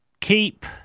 Keep